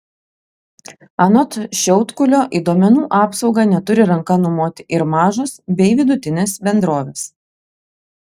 anot šiaudkulio į duomenų apsaugą neturi ranka numoti ir mažos bei vidutinės bendrovės